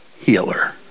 healer